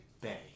Bay